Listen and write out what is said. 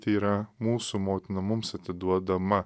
tai yra mūsų motina mums atiduodama